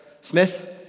Smith